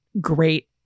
great